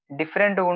different